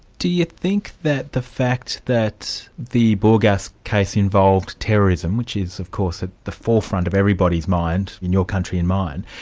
do you think that the fact that the bourgass case involved terrorism which is of course at the forefront of everybody's mind in your country and mine,